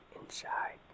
inside